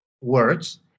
words